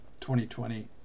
2020